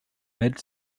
mid